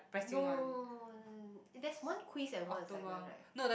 no there's one quiz and one assignment right